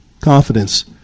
confidence